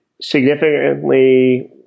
significantly